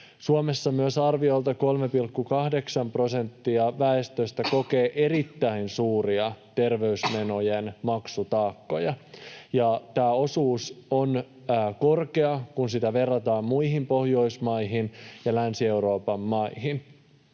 Suomessa myös arviolta 3,8 prosenttia väestöstä kokee erittäin suuria terveysmenojen maksutaakkoja, ja tämä osuus on korkea, kun sitä verrataan muihin Pohjoismaihin ja Länsi-Euroopan maihin.